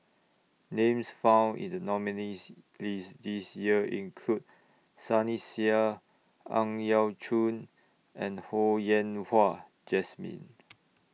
Names found in The nominees' list This Year include Sunny Sia Ang Yau Choon and Ho Yen Wah Jesmine